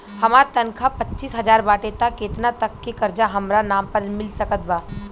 हमार तनख़ाह पच्चिस हज़ार बाटे त केतना तक के कर्जा हमरा नाम पर मिल सकत बा?